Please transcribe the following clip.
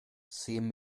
zehn